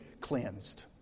cleansed